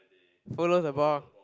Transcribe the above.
follow the ball